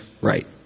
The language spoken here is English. right